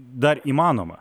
dar įmanoma